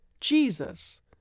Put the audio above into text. Jesus